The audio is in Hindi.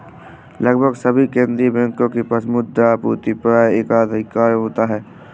लगभग सभी केंदीय बैंकों के पास मुद्रा आपूर्ति पर एकाधिकार होता है